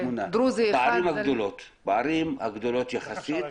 בערים הגדולות יחסית.